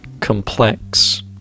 complex